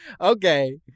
Okay